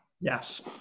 Yes